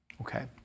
Okay